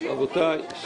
צריכה לצאת.